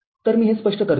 तर मी हे स्पष्ट करतो